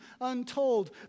untold